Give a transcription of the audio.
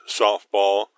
softball